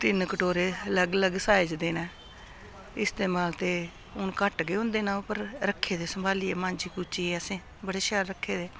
तिन्न कटोरे अलग अलग साईज दे न इस्तेमाल ते हून घट्ट गै होंदे न ओह् उप्पर रक्खे दे संभालियै मांजी कूचियै असें बड़े शैल रक्खे दे